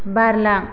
बारलां